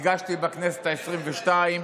והגשתי בכנסת העשרים-ושתיים.